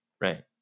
right